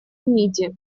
нити